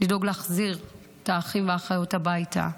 לדאוג להחזיר את האחים והאחיות הביתה,